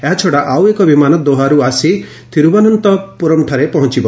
ଏହାଛଡ଼ା ଆଉ ଏକ ବିମାନ ଦୋହାରୁ ଆସି ଥିରୁଭନନ୍ତପୁରମ୍ଠାରେ ପହଞ୍ଚିବ